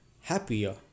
happier